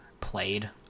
played